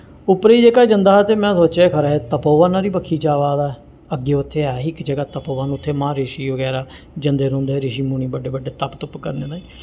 उप्परे जेह्का जंदा हा ते में सोचेआ एह् खरै तपोवन आह्ली बक्खी जा दा ऐ अग्गें उत्थें ऐही इक जगह तपोवन उत्थें महारिशी बगैरा जंदे रौहंदे हे रिशी मुनि बड्डे बड्डे तप तुप्प करने ताहीं